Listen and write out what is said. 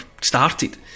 started